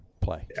play